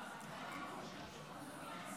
בבקשה,